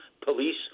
police